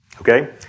Okay